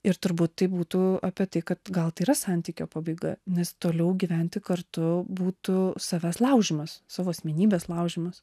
ir turbūt tai būtų apie tai kad gal tai yra santykio pabaiga nes toliau gyventi kartu būtų savęs laužymas savo asmenybės laužymas